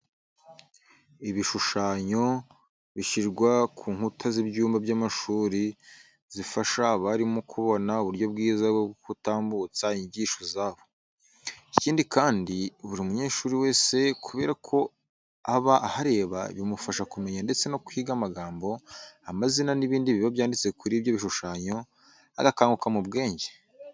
Ibishushanyo bishyirwa ku nkuta z'ibyumba by'amashuri zifasha abarimu mu kubona uburyo bwiza bwo gutambutsamo inyigisho zabo. Ikindi kandi buri munyeshuri wese kubera ko aba ahareba bimufasha kumenya ndetse no kwiga amagambo, amazina n'ibindi biba byanditse kuri ibyo bishushanyo, agakanguka mu bwenge.